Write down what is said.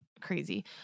crazy